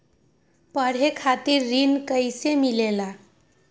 पढे खातीर ऋण कईसे मिले ला?